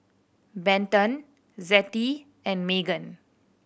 Benton Zettie and Meghan